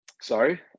Sorry